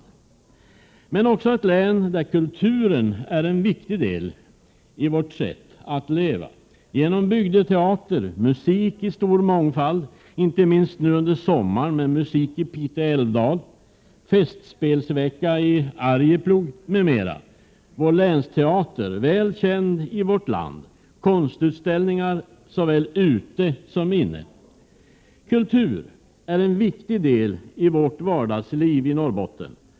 Men det är också ett län där kulturen ingår som en viktig del i vårt sätt att leva, genom bygdeteater och musik i stor mångfald, inte minst nu under sommaren med Musik i Piteå älvdal, festspelsveckan i Arjeplog m.m. Vår länsteater är väl känd i vårt land. Konstutställningar förekommer såväl ute som inne. Kultur är en viktig del i vårt vardagsliv i Norrbotten.